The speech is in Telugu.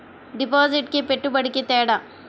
డిపాజిట్కి పెట్టుబడికి తేడా?